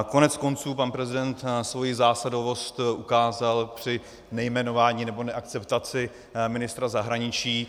Koneckonců pan prezident svoji zásadovost ukázal při nejmenování, nebo neakceptaci ministra zahraničí.